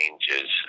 changes